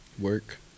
work